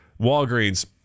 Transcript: Walgreens